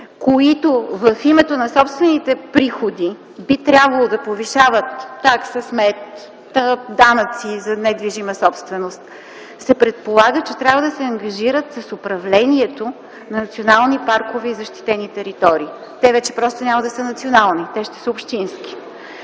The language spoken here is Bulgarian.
които в името на собствените приходи би трябвало да повишават такса смет, данъци за недвижима собственост, се предполага, че трябва да се ангажират с управлението на национални паркове и защитени територии. Те вече просто няма да са национални – те ще са общински.